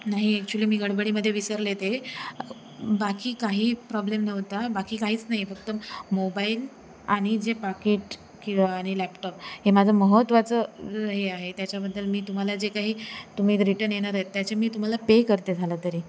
नाही ॲक्चुली मी गडबडीमध्ये विसरले ते बाकी काही प्रॉब्लेम नव्हता बाकी काहीच नाही आहे फक्त मोबाईल आणि जे पाकीट किंवा आणि लॅपटॉप हे माझं महत्त्वाचं हे आहे त्याच्याबद्दल मी तुम्हाला जे काही तुम्ही रिटन येणार आहात त्याचे मी तुम्हाला पे करते झालं तरी